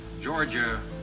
Georgia